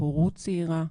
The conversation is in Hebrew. הורות צעירה,